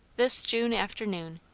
this june afternoon,